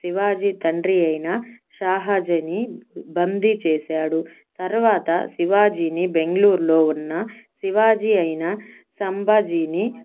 శివాజీ తండ్రి అయిన సహాజిని బందీ చేసాడు తర్వాత శివాజీని బెంగళూ రులో ఉన్న శివాజీ అయినా శాంభాజీని